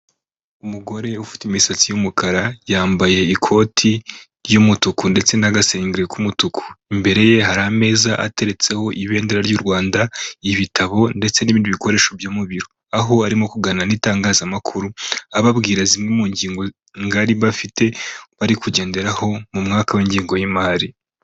Umugore ufite imisatsi y'umukara, yambaye ikoti ry'umutuku ndetse n'agasengeri k'umutuku. Imbere ye hari ameza ateretseho ibendera ry'u Rwanda, ibitabo ndetse n'ibindi bikoresho byo mu biro, aho arimo kuganira n'itangazamakuru, ababwira zimwe mu ngingo ngari bafite, bari kugenderaho mu mwaka w'ingengo y'imari.